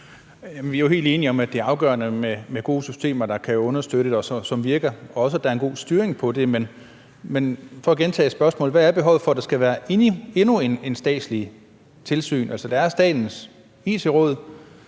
Vi er jo helt enige om, at det er afgørende med gode systemer, der kan understøtte, og som virker, og også, at der er en god styring i forhold til det. Men for at gentage spørgsmålet: Hvad er behovet for, at der skal være endnu et statsligt tilsyn? Altså, der er Statens It-råd,